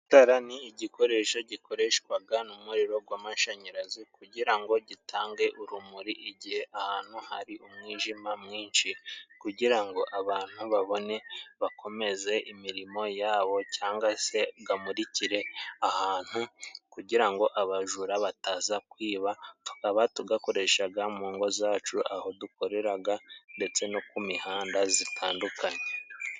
Itara ni igikoresho gikoreshwaga n'umuriro gw'amashanyarazi kugira ngo gitange urumuri igihe ahantu hari umwijima mwinshi kugira ngo abantu babone bakomeze imirimo yabo cyanga se gamurikire ahantu kugira ngo abajura bataza kwiba tukaba tugakoreshaga mu ngo zacu aho dukoreraga ndetse no ku mihanda zitandukanye.